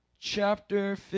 chapter